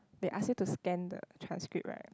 they ask you to scan the transcript right